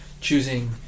choosing